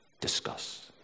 Discuss